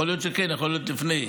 יכול להיות שכן, יכול להיות לפני.